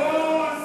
בוז,